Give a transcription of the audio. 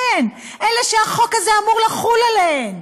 כן, אלה שהחוק הזה אמור לחול עליהן.